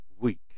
week